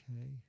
okay